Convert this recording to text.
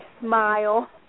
smile